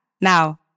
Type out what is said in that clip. Now